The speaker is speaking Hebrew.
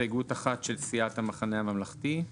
הסתייגות אחת של סיעת המחנה הממלכתי.